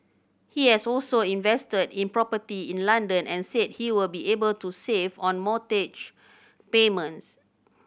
he has also invested in property in London and said he will be able to save on mortgage payments